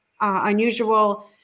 unusual